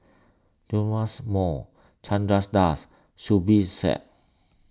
Joash Moo Chandra Das Zubir Said